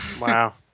Wow